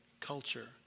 culture